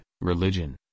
religion